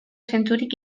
zentzurik